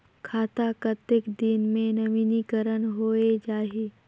खाता कतेक दिन मे नवीनीकरण होए जाहि??